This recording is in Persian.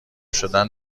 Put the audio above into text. شدن